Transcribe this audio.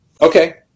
Okay